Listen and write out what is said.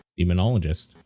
Demonologist